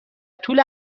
طول